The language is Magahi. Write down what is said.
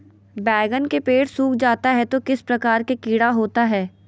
बैगन के पेड़ सूख जाता है तो किस प्रकार के कीड़ा होता है?